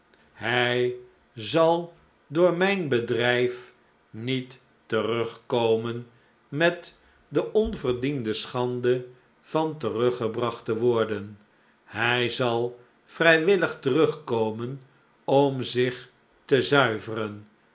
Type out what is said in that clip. hij zal door mijn bedrijf niet terugkomen met de onverdiende schande van teruggebracht te worden hij zal vrijwillig terugkomen om zich te zuiveren